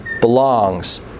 belongs